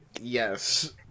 Yes